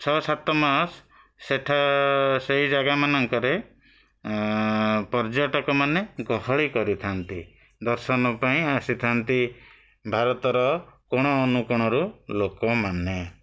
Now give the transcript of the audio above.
ଛଅ ସାତ ମାସ ସେଠା ସେଇ ଜାଗାମାନଙ୍କରେ ପର୍ଯ୍ୟଟକମାନେ ଗହଳି କରିଥାନ୍ତି ଦର୍ଶନ ପାଇଁ ଆସିଥାନ୍ତି ଭାରତର କୋଣ ଅନୁକୋଣରୁ ଲୋକମାନେ